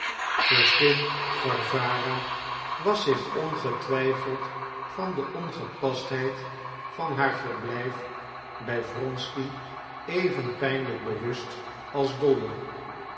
vorstin warwara was zich ongetwijfeld van de ongepastheid van haar verblijf bij wronsky even pijnlijk bewust als dolly